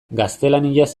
gaztelaniaz